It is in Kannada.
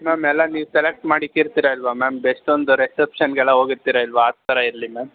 ಮ್ಯಾಮ್ ಎಲ್ಲ ನೀವು ಸೆಲೆಕ್ಟ್ ಮಾಡಿಟ್ಟಿರ್ತೀರ ಅಲ್ವ ಮ್ಯಾಮ್ ಬೆಸ್ಟ್ ಒಂದು ರಿಸೆಪ್ಶನ್ಗೆ ಎಲ್ಲ ಹೋಗಿರ್ತೀರ ಅಲ್ವ ಆ ಥರ ಇರಲಿ ಮ್ಯಾಮ್